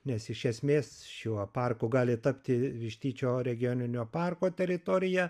nes iš esmės šiuo parku gali tapti vištyčio regioninio parko teritorija